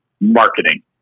marketing